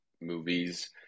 movies